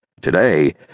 Today